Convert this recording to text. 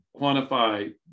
quantify